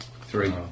three